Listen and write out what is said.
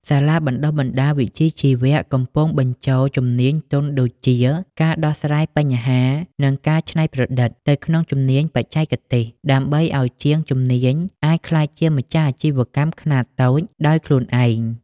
សាលាបណ្ដុះបណ្ដាលវិជ្ជាជីវៈ កំពុងបញ្ចូលជំនាញទន់ដូចជា ការដោះស្រាយបញ្ហា និងការច្នៃប្រឌិត ទៅក្នុងជំនាញបច្ចេកទេស ដើម្បីឱ្យជាងជំនាញអាចក្លាយជាម្ចាស់អាជីវកម្មខ្នាតតូចដោយខ្លួនឯង។